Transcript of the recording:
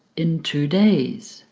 in two days,